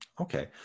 Okay